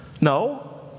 No